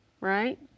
right